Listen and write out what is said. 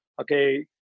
okay